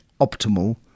optimal